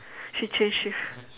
she change shift